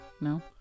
No